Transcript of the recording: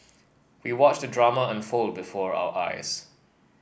we watched the drama unfold before our eyes